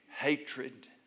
hatred